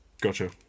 gotcha